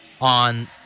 on